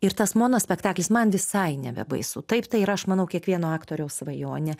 ir tas monospektaklis man visai nebebaisu taip tai yra aš manau kiekvieno aktoriaus svajonė